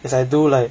as I do like